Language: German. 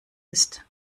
ist